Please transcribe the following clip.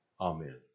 Amen